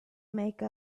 make